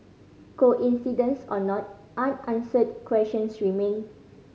coincidence or not unanswered questions remain